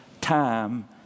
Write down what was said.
time